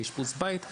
לאשפוז בית,